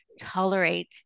tolerate